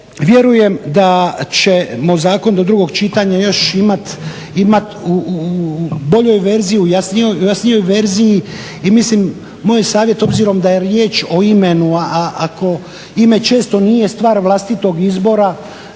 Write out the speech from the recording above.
vjerujem da ćemo zakon do drugog čitanja još imat u boljoj verziji, u jasnijoj verziji. I mislim, moj je savjet obzirom da je riječ o imenu, a ako ime često nije stvar vlastitog izbora,